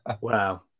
wow